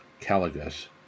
caligus